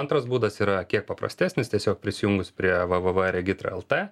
antras būdas yra kiek paprastesnis tiesiog prisijungus prie wwwregitralt